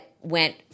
went